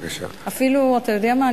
אתה יודע מה,